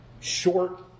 short